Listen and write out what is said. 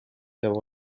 peab